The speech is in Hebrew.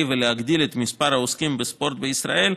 ולהגדיל את מספר העוסקים בספורט בישראל,